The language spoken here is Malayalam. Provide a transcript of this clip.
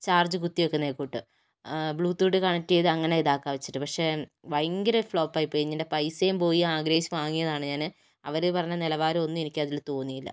ചാർജ് കുത്തി വെക്കുന്ന കൂട്ട് ബ്ലൂ ടൂത്ത് കണക്ട് ചെയ്ത് അങ്ങനെ ഇതാക്കാൻ വെച്ചിട്ട് പക്ഷേ ഭയങ്കര ഫ്ലോപ്പ് ആയിപ്പോയി എൻ്റെ പൈസയും പോയി ആഗ്രഹിച്ചു വാങ്ങിയതാണ് ഞാൻ അവർ പറഞ്ഞ നിലവാരവും ഒന്നും എനിക്കതിൽ തോന്നിയില്ല